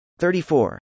34